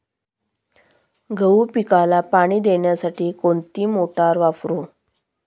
गहू पिकाला पाणी देण्यासाठी कोणती मोटार वापरू?